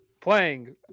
Playing